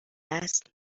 است